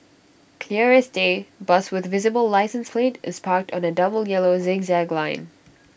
clear as day bus with the visible licence plate is parked on A double yellow zigzag line